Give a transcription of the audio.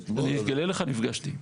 אני אגלה לך, נפגשתי.